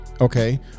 Okay